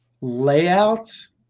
layouts